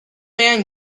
man